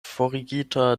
forigita